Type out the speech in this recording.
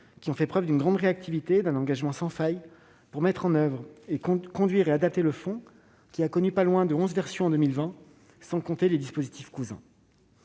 ont fait preuve d'une grande réactivité et d'un engagement sans faille pour mettre en oeuvre, conduire et adapter le fonds, qui a connu pas moins de onze versions en 2020, sans compter les dispositifs « cousins